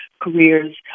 careers